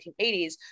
1980s